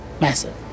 massive